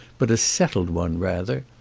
but a settled one rather,